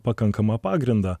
pakankamą pagrindą